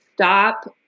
stop